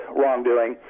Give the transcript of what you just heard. wrongdoing